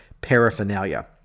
paraphernalia